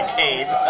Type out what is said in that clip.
cave